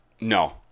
No